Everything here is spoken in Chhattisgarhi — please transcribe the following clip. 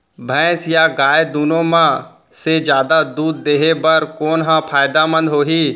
भैंस या गाय दुनो म से जादा दूध देहे बर कोन ह फायदामंद होही?